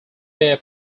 bare